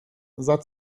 sah